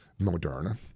Moderna